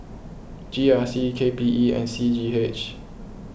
G R C K P E and C G H